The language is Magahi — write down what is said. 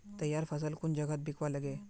तैयार फसल कुन जगहत बिकवा लगे?